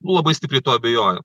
labai stipriai tuo abejoju